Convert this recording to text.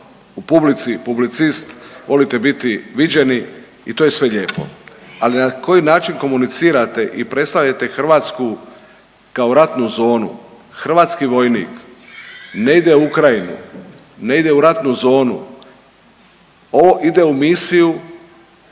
u publici publicist, volite biti viđeni i to je sve lijepo, ali na koji način komunicirate i predstavljate Hrvatsku kao ratnu zonu. Hrvatski vojnik ne ide u Ukrajinu, ne ide u ratnu zonu ovo ide u misiju